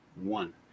one